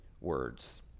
words